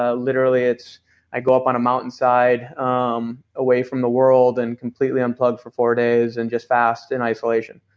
ah literally it's i go up on a mountainside um away from the world and completely unplug for four days and just fast in isolation.